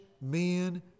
men